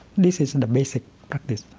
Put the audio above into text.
this is and the basic practice.